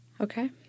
Okay